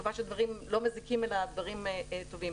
מקווה שדברים לא מזיקים אלא דברים טובים.